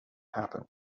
happen